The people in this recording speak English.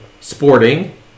Sporting